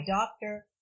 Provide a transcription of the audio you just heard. doctor